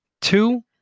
Two